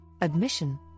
Admission